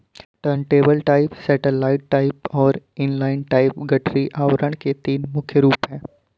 turntable type, satellite type और inline type गठरी आवरण के तीन मुख्य रूप है